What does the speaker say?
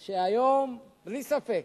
שהיום, בלי ספק,